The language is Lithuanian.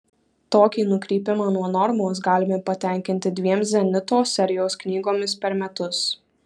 tokį nukrypimą nuo normos galime patenkinti dviem zenito serijos knygomis per metus